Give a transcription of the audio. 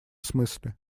смысле